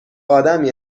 آدمی